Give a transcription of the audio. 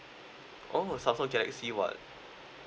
oh Samsung galaxy [what]